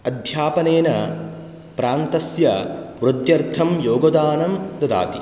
अध्यापनेन प्रान्तस्य वृद्ध्यर्थं योगदानं ददाति